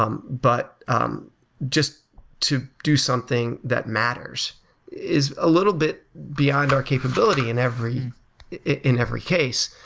um but um just to do something that matters is a little bit beyond our capability in every in every case,